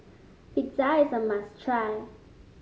pizza is a must try